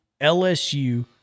LSU